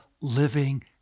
living